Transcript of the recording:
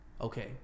Okay